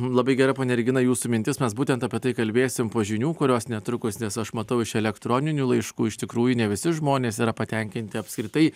labai gera ponia regina jūsų mintis mes būtent apie tai kalbėsim po žinių kurios netrukus nes aš matau iš elektroninių laiškų iš tikrųjų ne visi žmonės yra patenkinti apskritai